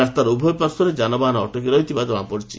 ରାସ୍ତାର ଉଭୟ ପାର୍ଶ୍ୱରେ ଯାନବାହନ ଅଟକି ରହିଥିବା ଜଣାପଡିଛି